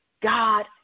God